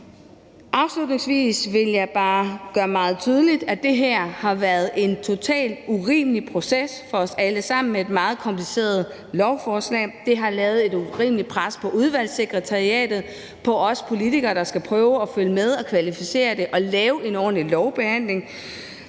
Afslutningsvis vil jeg bare gøre det meget tydeligt, at det her har været en totalt urimelig proces for os alle sammen med et meget kompliceret lovforslag. Det har lagt et urimeligt pres på Udvalgssekretariatet og på os politikere, der skal prøve at følge med og kvalificere det og lave en ordentlig lovbehandling.